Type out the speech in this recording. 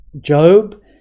Job